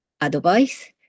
advice